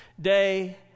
day